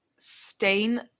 stain